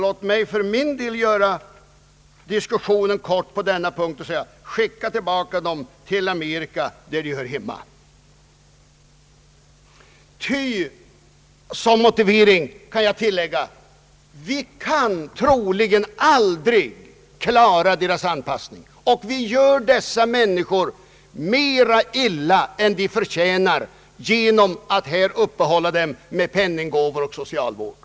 Låt mig för egen del göra diskussionen kort på denna punkt och säga: Skicka tillbaka dem till Amerika, där de hör hemma. Som motivering vill jag anföra att vi troligen aldrig kan hjälpa dem att anpassa sig här och att vi gör dessa människor mer illa än vad de förtjänar genom att uppehålla dem i vårt land med penninggåvor och socialvård.